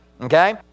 Okay